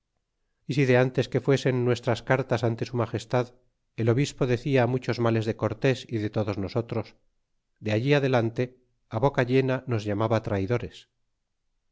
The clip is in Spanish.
y si de ntes que fuesen nuestras cartas ante su magestad el obispo decia muchos males de cortés y de todos nosotros de allí adelante boca llena nos llamaba traidores